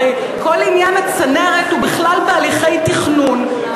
הרי כל עניין הצנרת הוא בכלל בהליכי תכנון,